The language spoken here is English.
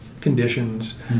conditions